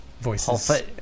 voices